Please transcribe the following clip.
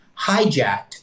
hijacked